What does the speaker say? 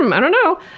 um i don't know!